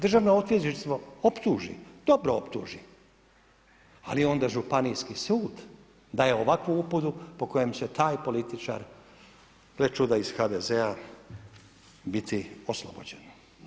Državno odvjetništvo optuži, dobro optuži, ali onda Županijski sud daje ovakvu uputu po kojem će taj političar, gle čuda iz HDZ-a, biti oslobođen.